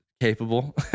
Capable